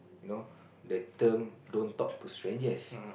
you know the term don't talk to strangers